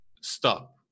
stop